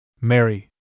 Mary